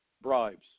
bribes